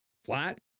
Flat